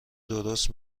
درست